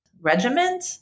regiment